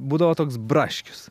būdavo toks braškius